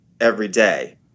everyday